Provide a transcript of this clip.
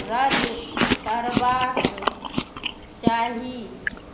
रद्द करबाक चाही